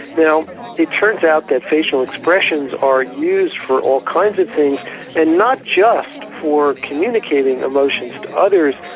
now it turns out that facial expressions are used for all kinds of things and not just for communicating emotions to others,